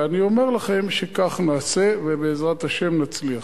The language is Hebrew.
ואני אומר לכם שכך נעשה ובעזרת השם נצליח.